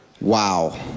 Wow